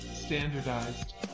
standardized